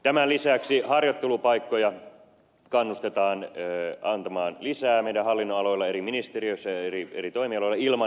tämän lisäksi kannustetaan antamaan harjoittelupaikkoja lisää meidän hallinnonaloillamme eri ministeriöissä ja eri toimialoilla ilman että tuottavuusohjelma sitä rajoittaa